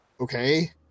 okay